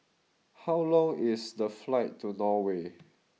how long is the flight to Norway